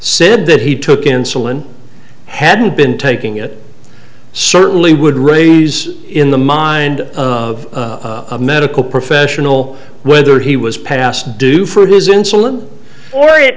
said that he took insulin hadn't been taking it certainly would raise in the mind of a medical professional whether he was past due for his insulin or it